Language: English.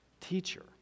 Teacher